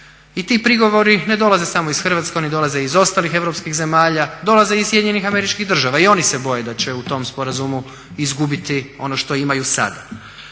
I ti prigovori ne dolaze samo iz Hrvatske, oni dolaze i iz ostalih europskih zemalja, dolaze i iz SAD-a i oni se boje da će u tom sporazumu izgubiti ono što imaju sada.